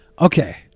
Okay